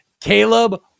Caleb